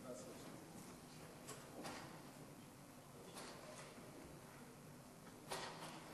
ההצעה להעביר את הנושא לוועדת החינוך,